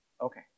Okay